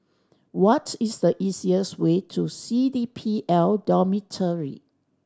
what is the easiest way to C D P L Dormitory